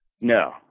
No